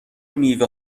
میوه